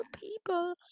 people